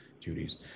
duties